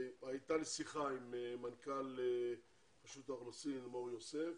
הייתה לי שיחה עם מנכ"ל רשות האוכלוסין, מור יוסף,